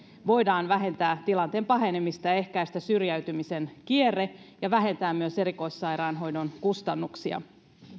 voidaan vähentää tilanteen pahenemista ja ehkäistä syrjäytymisen kierre ja vähentää myös erikoissairaanhoidon kustannuksia